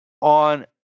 on